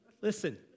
Listen